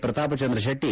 Pratapchandra Shetty